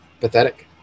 pathetic